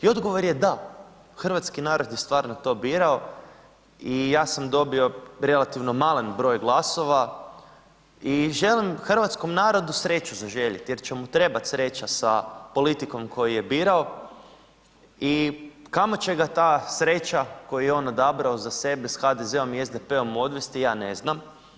I odgovor je da, hrvatski narod je stvarno to birao i ja sam dobio relativno malen broj glasova i želim hrvatskom narodu sreću zaželjeti jer će mu trebati sreća sa politikom koju je birao i kamo će ga ta sreća koju je on odabrao za sebe s HDZ-om i SDP-om odvesti, ja ne znam.